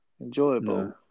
enjoyable